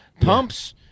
pumps